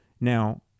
Now